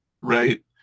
right